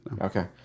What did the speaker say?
Okay